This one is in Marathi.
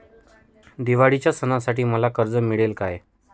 दिवाळीच्या सणासाठी मला कर्ज मिळेल काय?